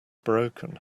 broken